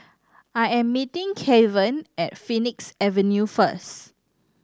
I am meeting Kavon at Phoenix Avenue first